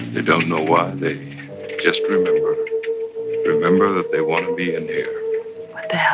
they don't know why. they just remember remember that they want to be in here what the